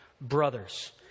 brothers